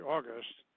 August